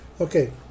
Okay